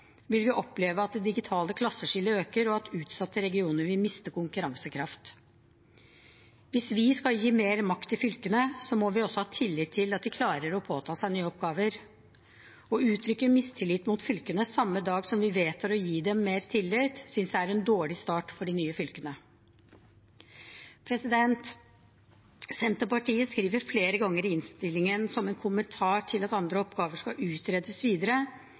vil vi oppleve at det digitale klasseskillet øker, og at utsatte regioner vil miste konkurransekraft. Hvis vi skal gi mer makt til fylkene, må vi også ha tillit til at de klarer å påta seg nye oppgaver. Å uttrykke mistillit mot fylkene samme dag som vi vedtar å gi dem mer tillit, synes jeg er en dårlig start for de nye fylkene. Senterpartiet skriver flere ganger i innstillingen, som en kommentar til at andre oppgaver skal utredes videre,